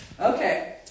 Okay